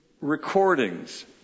recordings